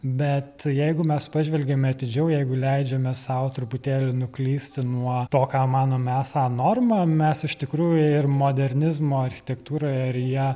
bet jeigu mes pažvelgiame atidžiau jeigu leidžiame sau truputėlį nuklysti nuo to ką manome esą norma mes iš tikrųjų ir modernizmo architektūroje ir ją